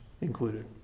included